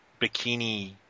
bikini